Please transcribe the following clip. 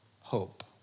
hope